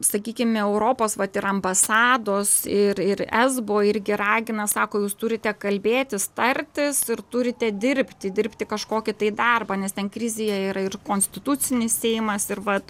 sakykime europos vat ir ambasados ir ir esbo irgi ragina sako jūs turite kalbėtis tartis ir turite dirbti dirbti kažkokį tai darbą nes ten krizėje yra ir konstitucinis seimas ir vat